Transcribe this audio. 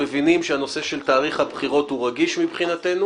מבינים שתאריך הבחירות הוא רגיש מבחינתנו